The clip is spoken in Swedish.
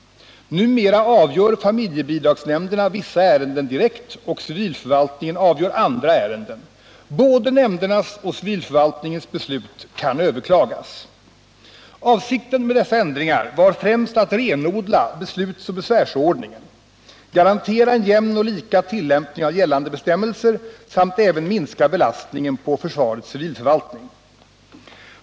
Numera avgör familjebidragsnämnderna vissa ärenden direkt och civilförvaltningen avgör andra ärenden. Både nämndernas och civilförvaltningens beslut kan överklagas. Avsikten med dessa ändringar var främst att renodla beslutsoch besvärsordningen, garantera en jämn och lika tillämpning av gällande bestämmelser samt även minska belastningen på försvarets civilförvaltning.